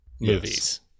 movies